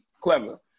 clever